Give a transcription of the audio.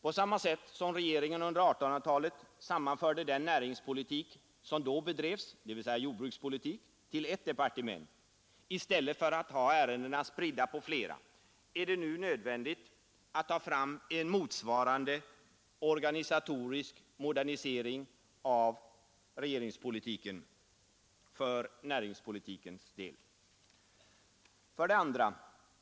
På samma sätt som regeringen under 1800-talet sammanförde den näringspolitik som då bedrevs, dvs. jordbrukspolitik, till ett departement i stället för att ha ärendena spridda på flera är det nu nödvändigt att ta fram en motsvarande organisatorisk modernisering av regeringspolitiken för näringspolitikens del. 2.